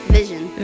Vision